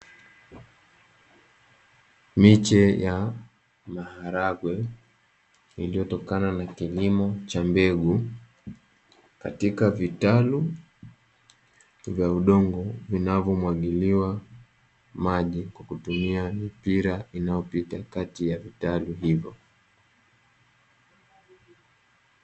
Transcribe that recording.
Miche ya maharage iliyotokana na kilimo cha mbegu katika vitalu vya udongo, vinavyo mwagiliwa maji kwa kutumia mipira inayopita Kati ya vitalu hivyo.